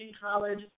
college